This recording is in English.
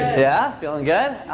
yeah feeling good?